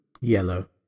yellow